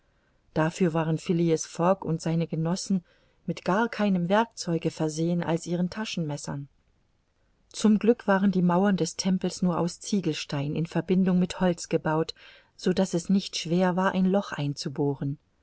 dafür waren phileas fogg und seine genossen mit gar keinem werkzeuge versehen als ihren taschenmessern zum glück waren die mauern des tempels nur aus ziegelstein in verbindung mit holz gebaut so daß es nicht schwer war ein loch einzubohren